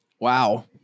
Wow